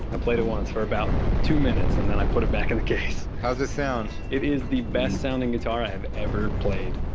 i played it once for about two minutes, and then i put it back in the case. how does it sound? it is the best sounding guitar i have ever played.